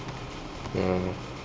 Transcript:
ya